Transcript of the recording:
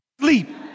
Sleep